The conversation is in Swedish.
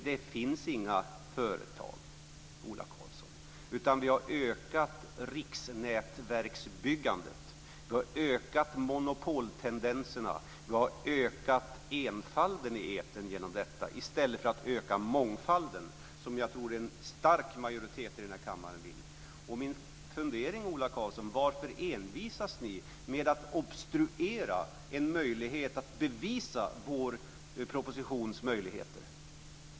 Det finns inga företag, Ola Karlsson, utan vi har ökat riksnätverksbyggandet, vi har ökat monopoltendenserna, och vi har ökat enfalden i etern genom detta i stället för att öka mångfalden som jag tror att en stark majoritet i denna kammare vill. Min fundering, Ola Karlsson, är: Varför envisas ni med att obstruera en möjlighet att bevisa vår propositions möjligheter?